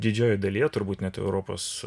didžiojoj dalyje turbūt net europos